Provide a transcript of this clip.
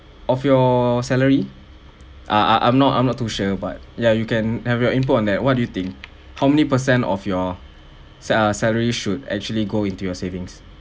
of your salary I I'm not I'm not too sure but ya you can have your input on that what do you think how many percent of your sa~ salary should actually go into your savings